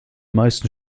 meisten